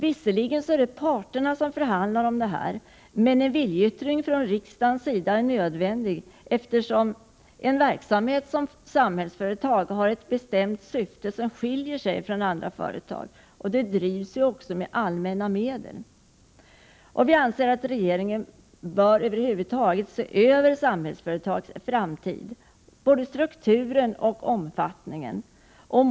Visserligen är det parterna som förhandlar om detta, men en viljeyttring från riksdagens sida är nödvändig, eftersom en verksamhet som Samhällsföretag har ett bestämt syfte och skiljer sig från andra företag. Det drivs också med allmänna medel. Vi anser att regeringen bör över huvud taget se över Samhällsföretags framtid, dess struktur och omfattning.